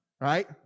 Right